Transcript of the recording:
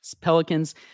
Pelicans